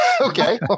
Okay